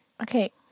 Okay